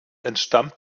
entstammt